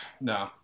no